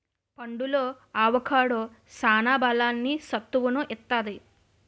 పండులో అవొకాడో సాన బలాన్ని, సత్తువును ఇత్తది